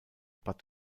bad